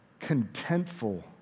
contentful